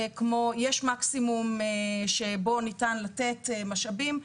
כמו: יש מקסימום שבו ניתן לתת משאבים,